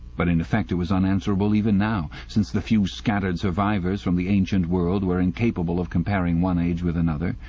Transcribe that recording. but in effect it was unanswerable even now, since the few scattered survivors from the ancient world were incapable of comparing one age with another.